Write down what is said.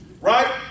Right